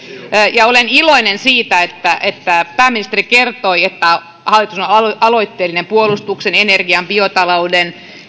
olen iloinen siitä että että pääministeri kertoi että hallitus on aloitteellinen puolustuksen energian biotalouden